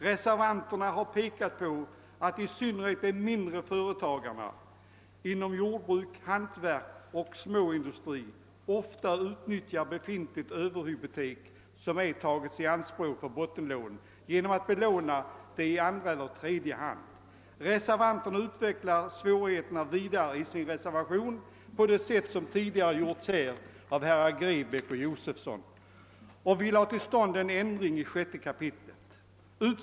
Reservanterna har pekat på att i synnerhet de mindre företagarna inom jordbruk, hantverk och småindustri ofta utnyttjar överhypotek som ej tagits i anspråk för bottenlån genom att belåna det i andra e'ler tredje hand. Reservanterna utvecklar svårigheterna vidare i sin reservation IV på det sätt som tidigare anförts av herrar Grebäck och Josefson i Arrie och vill ha till stånd en ändring i 6 kapitlet 3 8.